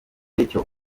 rachel